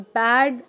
bad